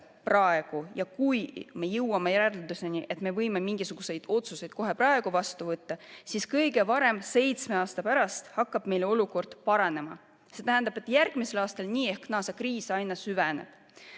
ja me jõuame järeldusele, et me võime mingisuguseid otsuseid kohe vastu võtta, siis kõige varem seitsme aasta pärast hakkab meil olukord paranema. See tähendab, et järgmisel aastal nii ehk naa see kriis aina süveneb.